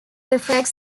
reflect